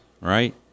right